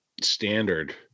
standard